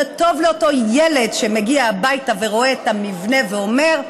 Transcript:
זה טוב לאותו הילד שמגיע הביתה ורואה את המבנה ואומר: